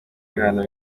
ibihano